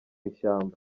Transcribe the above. ishyamba